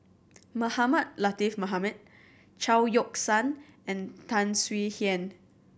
Mohamed Latiff Mohamed Chao Yoke San and Tan Swie Hian